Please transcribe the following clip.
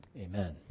amen